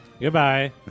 Goodbye